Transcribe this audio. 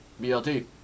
BLT